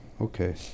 Okay